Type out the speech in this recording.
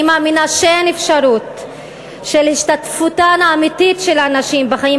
אני מאמינה שאין אפשרות של השתתפות אמיתית של הנשים בחיים